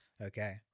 Okay